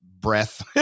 breath